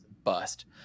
bust